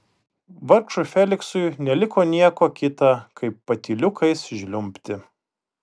vargšui feliksui neliko nieko kita kaip patyliukais žliumbti